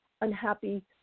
unhappy